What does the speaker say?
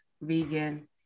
vegan